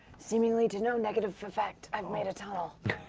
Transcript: seemingly to no negative effect, i've made a tunnel.